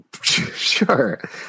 sure